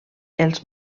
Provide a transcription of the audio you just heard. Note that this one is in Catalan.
els